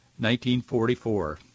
1944